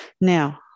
Now